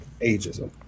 ageism